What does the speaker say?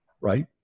right